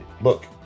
look